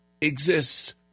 exists